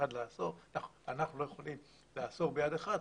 אנחנו לא יכולה לאסור ביד אחת,